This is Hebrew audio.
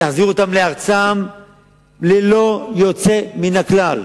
להחזיר אותם לארצם ללא יוצא מן הכלל,